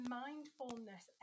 mindfulness